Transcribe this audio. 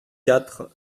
quarante